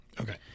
Okay